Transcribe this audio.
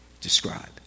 describe